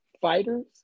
fighters